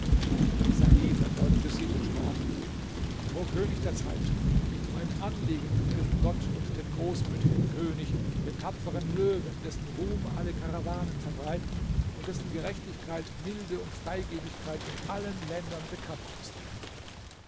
salih verbeugte sich und sprach o könig der zeit mein anliegen betrifft gott und den großmütigen könig den tapferen löwen dessen ruhm alle karawanen verbreiten und dessen gerechtigkeit milde und freigebigkeit in allen ländern bekannt ist